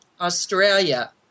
Australia